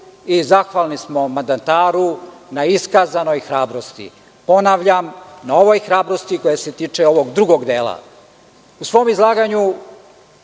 i zahvalni smo mandataru na iskazanoj hrabrosti. Ponavljam, na ovoj hrabrosti koja se tiče ovog drugog dela.U svom izlaganju